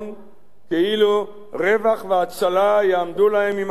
כאילו רווח והצלה יעמדו להם ממקום אחר,